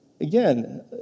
Again